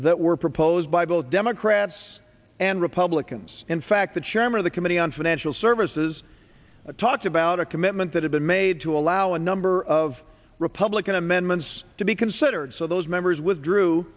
that were proposed by both democrats and republicans in fact the chairman of the committee on financial services talked about a commitment that had been made to allow a number of republican amendments to be considered so those members withdrew